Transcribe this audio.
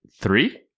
Three